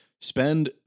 spend